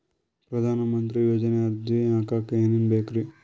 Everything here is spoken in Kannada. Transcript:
ಪ್ರಧಾನಮಂತ್ರಿ ಯೋಜನೆಗೆ ಅರ್ಜಿ ಹಾಕಕ್ ಏನೇನ್ ಬೇಕ್ರಿ?